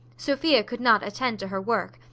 sophia could not attend to her work,